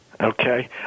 Okay